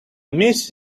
miss